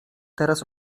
teraz